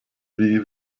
wie